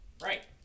Right